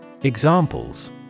Examples